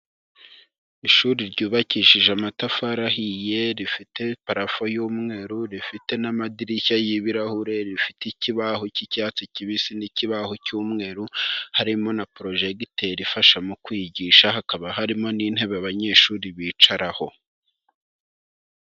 Ishuri ryubakishije amatafari ahiye rifite parafo y'umweru, rifite n'amadirishya y'ibirahure, rifite ikibaho cy'icyatsi kibisi n'ikibaho cy'umweru harimo na porojegiteri ifasha mu kwigisha, hakaba harimo n'intebe abanyeshuri bicaraho.